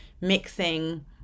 mixing